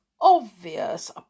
obvious